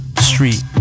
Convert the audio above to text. street